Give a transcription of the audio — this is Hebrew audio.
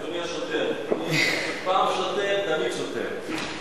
אדוני השוטר, פעם שוטר תמיד שוטר.